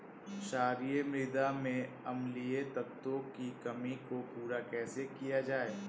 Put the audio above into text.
क्षारीए मृदा में अम्लीय तत्वों की कमी को पूरा कैसे किया जाए?